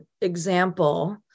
example